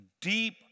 deep